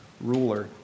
ruler